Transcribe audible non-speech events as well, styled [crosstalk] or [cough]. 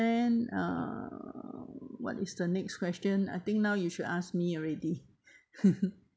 ~en uh what is the next question I think now you should ask me already [laughs]